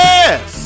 Yes